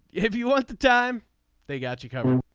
if you want the time they got you coming.